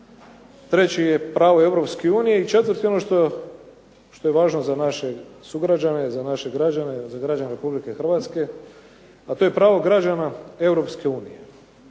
treći je pravo Europske unije, i četvrti ono što je važno za naše sugrađane i za naše građane, za građane Republike Hrvatske, a to je pravo građana Europske unije.